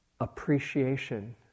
Appreciation